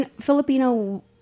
Filipino